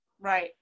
Right